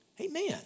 Amen